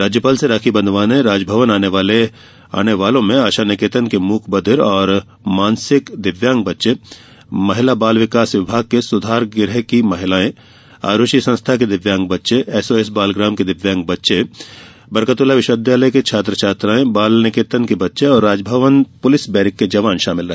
राज्यपाल से राखी बंधवाने राजभवन आने वालों में आशानिकेतन के मूक बधिर और मानसिक दिव्यांग बच्चे महिलाबाल विकास विभाग के सुधारगुह की महिलाए आरूषि संस्था के दिव्यांग बच्चे एसओएस बालग्राम के दिव्यांग बच्चे बरकतउल्ला विश्वविद्यालय के छात्र छात्राएं बालनिकेतन के बच्चे और राजभवन पुलिस बैरिक के जवान शामिल रहे